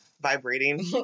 Vibrating